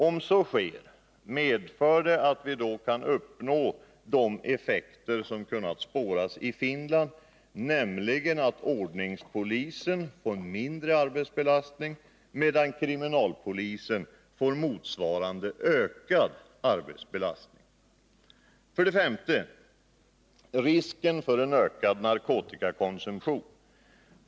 Om så sker medför detta att vi uppnår de effekter som kunnat spåras i Finland, nämligen att ordningspolisen får en minskad arbetsbelastning, medan kriminalpolisen får motsvarande ökad belastning. Som den femte punkten vill jag ta upp risken för ökad narkotikakonsumtion.